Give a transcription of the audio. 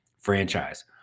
franchise